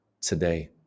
today